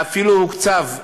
ואפילו הוקצבו,